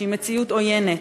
מציאות עוינת.